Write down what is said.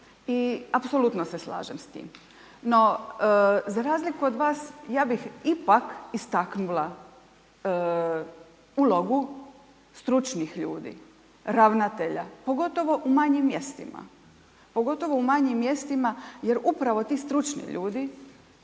i apsolutno se slažem s tim. No, za razliku od vas, ja bih ipak istaknula ulogu stručnih ljudi, ravnatelja, pogotovo u manjim mjestima. Pogotovo u manjim mjestima jer upravo ti stručni ljudi